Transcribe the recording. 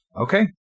Okay